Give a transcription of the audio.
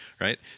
right